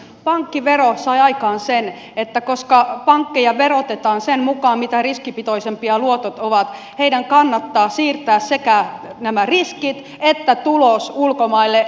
pankkivero sai aikaan sen että koska pankkeja verotetaan sen mukaan mitä riskipitoisempia luotot ovat heidän kannattaa siirtää sekä nämä riskit että tulos ulkomaille